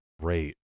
great